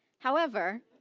however,